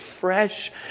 fresh